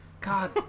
God